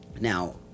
Now